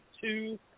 two